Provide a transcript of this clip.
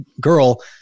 girl